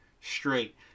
straight